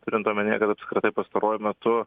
turint omenyje kad apskritai pastaruoju metu